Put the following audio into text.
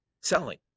selling